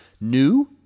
new